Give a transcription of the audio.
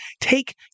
take